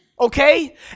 Okay